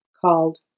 called